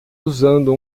usando